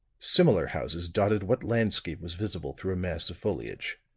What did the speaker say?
similar houses dotted what landscape was visible through a mass of foliage.